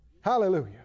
Hallelujah